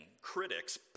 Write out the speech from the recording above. critics